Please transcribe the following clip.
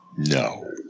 No